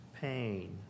pain